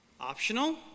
optional